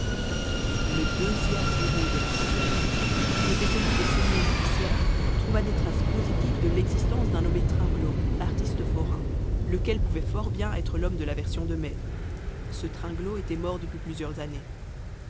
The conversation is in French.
le e bureau de la préfecture qui était celui des sommiers judiciaires trouva des traces positives de l'existence d'un nommé tringlot artiste forain lequel pouvait fort bien être l'homme de la version de mai ce tringlot était mort depuis plusieurs années